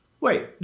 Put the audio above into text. Wait